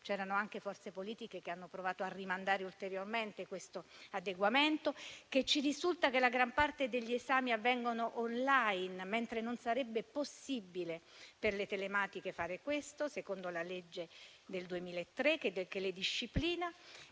c'erano anche forze politiche che hanno provato a rimandare ulteriormente questo adeguamento e ci risulta che la gran parte degli esami avvengono *online*, mentre non sarebbe possibile per le università telematiche fare questo, secondo la legge del 2003 che le disciplina.